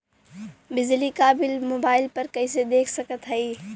बिजली क bill mobile पर कईसे देख सकत हई?